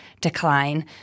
decline